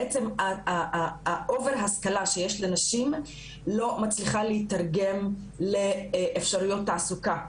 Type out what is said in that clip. שהאובר השכלה שיש לנשים לא מצליחה להיתרגם לאפשרויות תעסוקה,